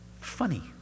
funny